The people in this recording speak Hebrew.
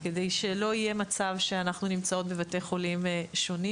כדי שלא יהיה מצב שאנחנו נמצאות בבתי חולים שונים